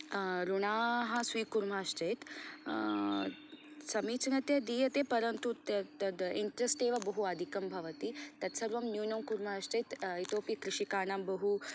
ऋणाः स्वीकुर्मः चेत् समीचनातया दीयते परन्तु तद् इण्ट्रेस्ट् एव बहु अधिकं भवति तत् सर्वं न्यूनं कुर्मश्चेत् इतोपि कृषिकाणां बहु